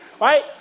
right